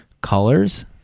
colors